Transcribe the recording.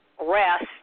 rest